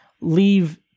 leave